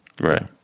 Right